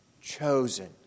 chosen